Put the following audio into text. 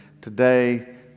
today